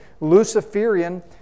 Luciferian